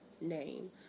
name